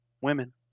women